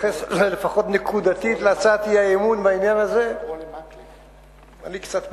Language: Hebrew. להתייחס לפחות נקודתית להצעת אי-אמון בעניין הזה: אני קצת מופתע.